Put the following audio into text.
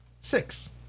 Six